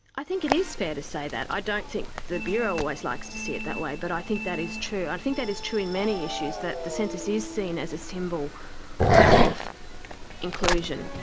i think it is fair to say that. i don't think the bureau always likes to see it that way, but i think that is true. i think that is true in many issues, that the census is seen as a symbol of inclusion.